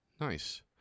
nice